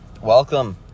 welcome